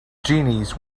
genies